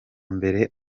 mbere